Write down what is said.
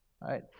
Right